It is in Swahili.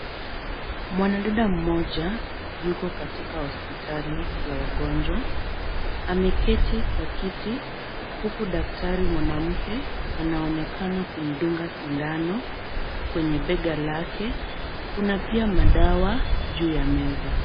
Mwanadada mmoja yuko katika hospitali ya wagonjwa. Ameketi kwa kiti huku daktari mwanamke anaonekana kumdunga sindano kwenye bega lake. Kuna pia madawa juu ya meza.